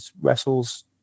wrestles